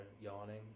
yawning